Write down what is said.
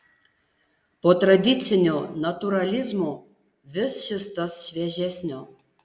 po tradicinio natūralizmo vis šis tas šviežesnio